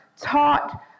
taught